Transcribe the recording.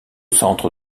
centre